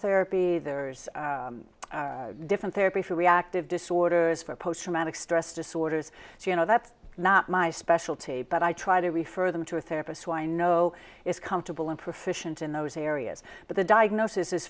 therapy there's different therapy for reactive disorders for post traumatic stress disorders so you know that's not my specialty but i try to refer them to a therapist who i know is comfortable and proficient in those areas but the diagnosis is